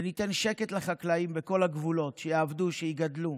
וניתן שקט לחקלאים בכל הגבולות, שיעבדו, שיגדלו,